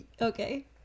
Okay